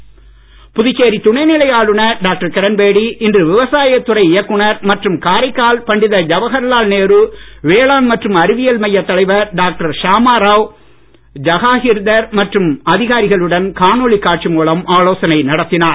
கிரண்பேடி புதுச்சேரி துணைநிலை ஆளுநர் டாக்டர் கிரண்பேடி இன்று விவசாயத்துறை இயக்குநர் மற்றும் காரைக்கால் பண்டித ஜவஹர்லால் நேரு வேளாண் மற்றும் அறிவியல் மைய தலைவர் டாக்டர் ஷமாராவ் ஜஹாகிர்தர் மற்றும் அதிகாரிகளுடன் காணொளி காட்சி மூலம் ஆலோசனை நடத்தினார்